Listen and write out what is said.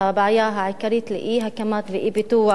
הבעיה העיקרית באי-הקמה ואי-פיתוח של